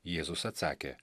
jėzus atsakė